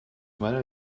meiner